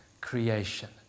creation